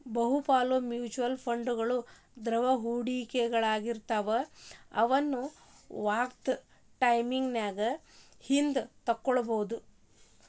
ಬಹುಪಾಲ ಮ್ಯೂಚುಯಲ್ ಫಂಡ್ಗಳು ದ್ರವ ಹೂಡಿಕೆಗಳಾಗಿರ್ತವ ಅವುನ್ನ ಯಾವ್ದ್ ಟೈಮಿನ್ಯಾಗು ಹಿಂದಕ ತೊಗೋಬೋದು